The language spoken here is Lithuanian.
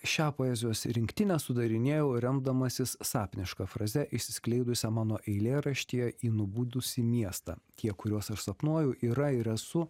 šią poezijos rinktinę sudarinėjau remdamasis sapniška fraze išsiskleidusią mano eilėraštyje į nubudusį miestą tie kuriuos aš sapnuoju yra ir esu